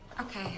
Okay